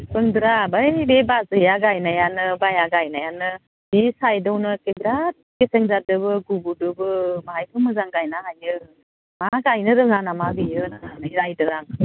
ओंब्रा ओइ बे बाजैआ गायनायानो बाइआ गायनायानो बे साइडआवनो एखेबारे बिराद गेसें जादोबो गब'दोबो माहायथ' मोजां गायनो हायो मा गायनो रोङा नामा बियो होनना रायदों आंखो